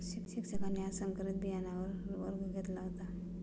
शिक्षकांनी आज संकरित बियाणांवर वर्ग घेतला होता